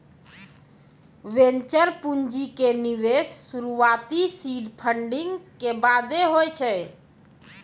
venture पूंजी के निवेश शुरुआती सीड फंडिंग के बादे होय छै